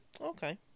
Okay